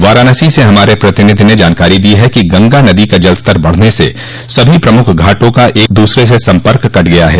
वाराणसी से हमारे प्रतिनिधि ने जानकारी दी है कि गंगा नदी का जलस्तर बढ़ने से सभी प्रमुख घाटों का एक दूसरे से सम्पर्क कट गया है